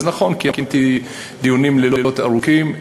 אז נכון, קיימתי דיונים לילות ארוכים.